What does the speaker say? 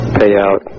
payout